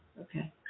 okay